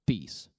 Peace